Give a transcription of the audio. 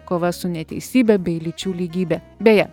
kova su neteisybe bei lyčių lygybė beje